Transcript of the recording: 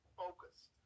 focused